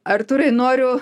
artūrai noriu